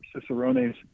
Cicerones